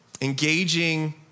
engaging